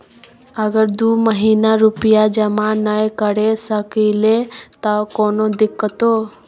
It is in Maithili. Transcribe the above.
अगर दू महीना रुपिया जमा नय करे सकलियै त कोनो दिक्कतों?